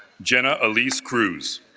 jenna elise cruz,